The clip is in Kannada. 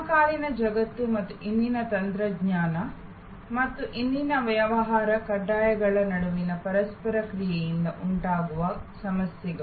ಸಮಕಾಲೀನ ಜಗತ್ತು ಮತ್ತು ಇಂದಿನ ತಂತ್ರಜ್ಞಾನ ಮತ್ತು ಇಂದಿನ ವ್ಯವಹಾರ ಕಡ್ಡಾಯಗಳ ನಡುವಿನ ಪರಸ್ಪರ ಕ್ರಿಯೆಯಿಂದ ಉಂಟಾಗುವ ಸಮಸ್ಯೆಗಳು